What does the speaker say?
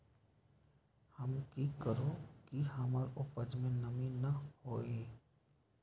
हम की करू की हमर उपज में नमी न होए?